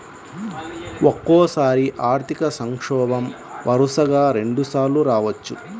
ఒక్కోసారి ఆర్థిక సంక్షోభం వరుసగా రెండుసార్లు రావచ్చు